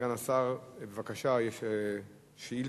סגן השר, בבקשה, יש שאילתות